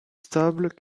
stables